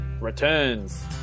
returns